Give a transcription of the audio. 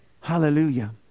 Hallelujah